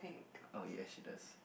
oh yes she does